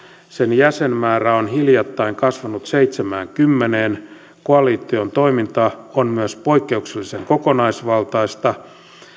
sen jäsenmäärä on hiljattain kasvanut seitsemäänkymmeneen koalition toiminta on myös poikkeuksellisen kokonaisvaltaista